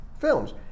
films